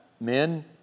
men